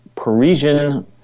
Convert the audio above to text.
parisian